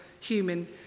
human